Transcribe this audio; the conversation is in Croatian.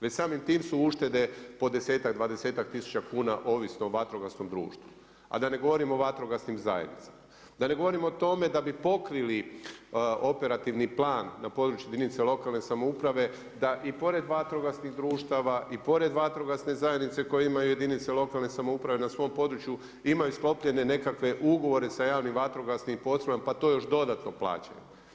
Već samim tim su uštede po 10-tak, 20-tak tisuća kuna ovisno o vatrogasnom društvu, a ne govorim o vatrogasnim zajednicama, da ne govorim o tome da bi pokrili operativni plan na području jedinica lokalne samouprave da i pored vatrogasnih društava i pored vatrogasne zajednice koju imaju jedinice lokalne samouprave na svom području imaju sklopljene nekakve ugovore sa javnim vatrogasnim postrojbama, pa to još dodatno plaćaju.